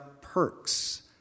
Perks